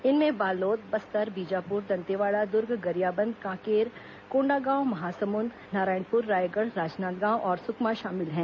इनमें बालोद बस्तर बीजापुर दंतेवाड़ा दुर्ग गरियाबंद कांकेर कोंडागांव महासमुंद नारायणपुर रायगढ़ राजनांदगांव और सुकमा शामिल हैं